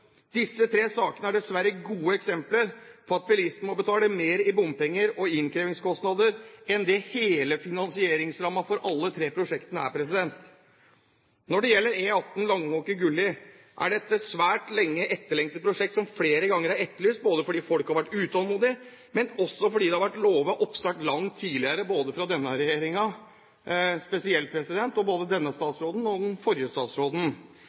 Disse tre sakene er dessverre gode eksempler på at bilistene må betale mer i bompenger og innkrevingskostnader enn det hele finansieringsrammen for alle tre prosjektene er på. Når det gjelder E18 Gulli–Langåker, er dette et svært lenge etterlengtet prosjekt som flere ganger er etterlyst, både fordi folk har vært utålmodige, og fordi det har vært lovet oppstart langt tidligere både av denne regjeringen, spesielt, av denne statsråden og av den forrige statsråden.